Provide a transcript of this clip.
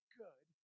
good